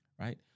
Right